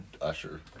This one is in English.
usher